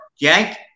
Yank